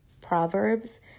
Proverbs